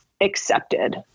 accepted